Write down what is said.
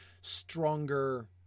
stronger